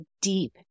deep